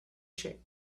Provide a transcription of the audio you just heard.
shape